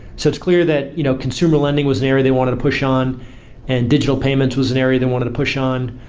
so it's clear that you know consumer lending was an area they wanted to push on and digital payments was an area they wanted to push on.